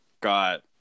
got